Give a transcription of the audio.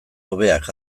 hobeak